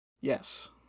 Yes